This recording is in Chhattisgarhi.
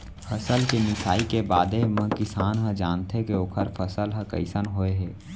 फसल के मिसाई के बादे म किसान ह जानथे के ओखर फसल ह कइसन होय हे